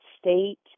state